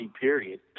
period